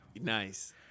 Nice